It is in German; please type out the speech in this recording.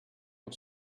hat